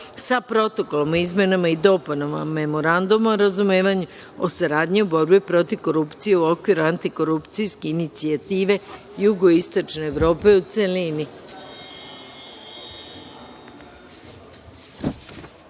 sa Protokolom o izmenama i dopunama Memoranduma o razumevanju o saradnji u borbi protiv korupcije u okviru Antikorupcijske inicijative jugoistočne Evrope, u